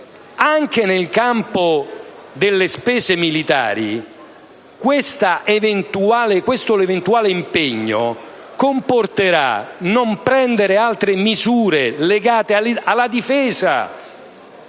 Anche nel campo delle spese militari questo eventuale impegno comporterà che non potranno essere assunte altre misure legate alla difesa